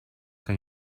que